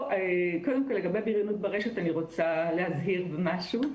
לגבי בריונות ברשת אני רוצה להזהיר במשהו.